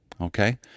okay